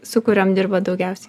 su kuriom dirbat daugiausiai